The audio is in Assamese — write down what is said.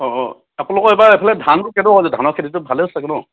অঁ অঁ আপোনোলোকৰ এইবাৰ এইফালে ধান কেনেকুৱা হৈছে ধানৰ খেতিটো ভালে হৈছে চাগে ন